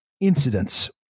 incidents